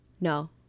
No